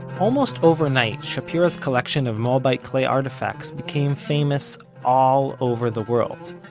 almost overnight, shapira's collection of moabite clay artifacts became famous all over the world.